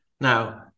Now